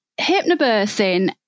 hypnobirthing